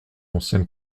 ancienne